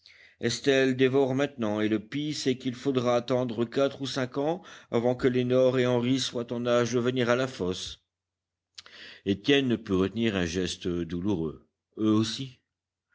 estelle dévore maintenant et le pis c'est qu'il faudra attendre quatre ou cinq ans avant que lénore et henri soient en âge de venir à la fosse étienne ne put retenir un geste douloureux eux aussi